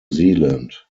zealand